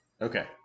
Okay